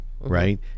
right